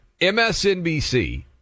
MSNBC